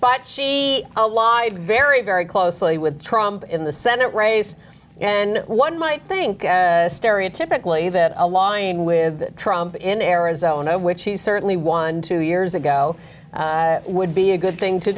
but she lived very very closely with trump in the senate race and one might think stereotypically that align with trump in arizona which she certainly won two years ago would be a good thing to